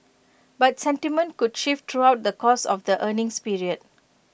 but sentiment could shift throughout the course of the earnings period